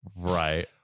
right